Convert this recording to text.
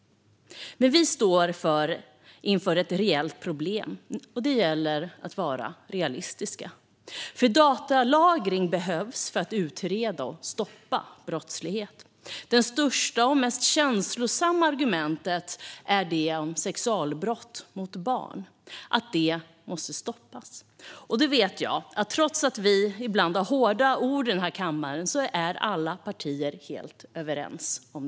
Men vi står inför ett reellt problem, och det gäller att vara realistiska. Datalagring behövs för att utreda och stoppa brottslighet. Det största och mest känslomässiga argumentet är att sexualbrott mot barn måste stoppas. Det vet jag att vi i alla partier, trots ibland hårda ord i denna kammare, är helt överens om.